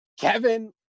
Kevin